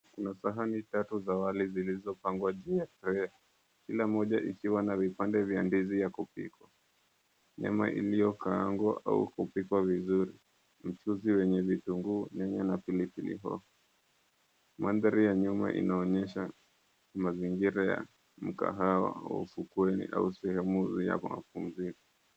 Kuna sahani tatu za wali zilizopangwa juu ya sufuria kila moja ikiwa na vipande vya ndizi ya kupikwa, nyama iliokaangwa au kupikwa vizuri, mchuzi wenye vitunguu, nyanya na pilipili. Maandhari ya nyuma inaonyesha mazingira ya mkahawa au ufukweni au sehemu ya mapumziko.